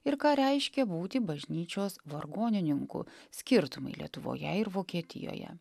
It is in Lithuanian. ir ką reiškia būti bažnyčios vargonininku skirtumai lietuvoje ir vokietijoje